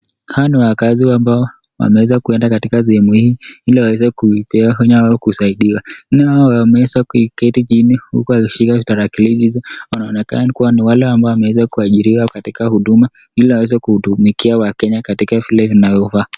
Hawa ni wakaazi ambao wameweza kuenda katika sehemu hii ili waweze kuponywa au kusaidiwa . Wanne wao wameweza kuketi chini huku akishika tarakilishi hizo , anaonekana kuwa ni wale ambao wameweza kuajiliwa katika huduma ili waweze kuhudumikia wakenya katika vile vinavyofaa.